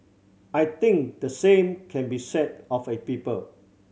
I think the same can be said of a people